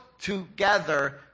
together